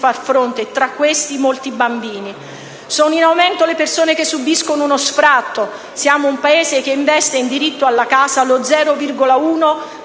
far fronte (e tra questi molti bambini). Sono in aumento le persone che subiscono uno sfratto. Siamo un Paese che investe in diritto alla casa lo 0,1